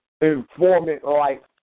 informant-like